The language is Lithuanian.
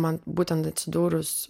man būtent atsidūrus